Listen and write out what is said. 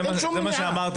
אין שום מניעה.